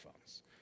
phones